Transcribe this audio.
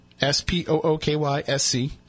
S-P-O-O-K-Y-S-C